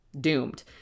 Doomed